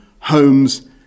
Homes